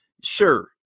sure